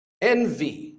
Envy